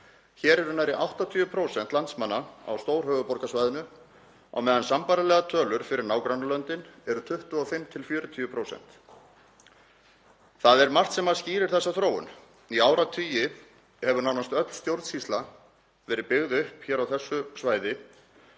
Hér eru nærri 80% landsmanna á stórhöfuðborgarsvæðinu á meðan sambærilegar tölur fyrir nágrannalöndin eru 25–40%. Það er margt sem skýrir þessa þróun. Í áratugi hefur nánast öll stjórnsýsla verið byggð upp hér á þessu svæði